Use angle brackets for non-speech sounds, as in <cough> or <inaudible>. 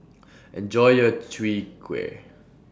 <noise> Enjoy your Chwee Kueh